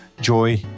Joy